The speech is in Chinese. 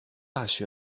大学